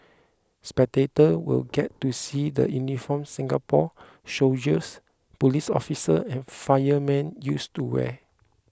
spectator will get to see the uniforms Singapore soldiers police officers and firemen used to wear